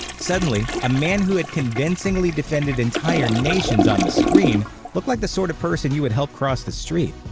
suddenly, a man who had convincingly defended entire nations on the screen looked like the sort of person you would help to cross the street.